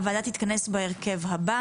הועדה תתכנס בהרכב הבא